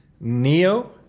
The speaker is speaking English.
NEO